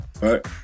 right